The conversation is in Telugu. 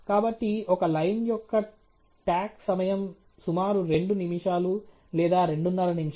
కాబట్టి ఒక లైన్ యొక్క టాక్ సమయం సుమారు రెండు నిమిషాలు లేదా రెండున్నర నిమిషాలు